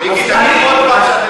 אז כלום.